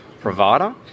provider